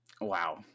wow